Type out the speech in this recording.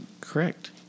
correct